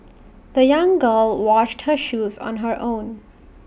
the young girl washed her shoes on her own